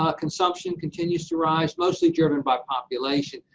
ah consumption continues to rise, mostly driven by population.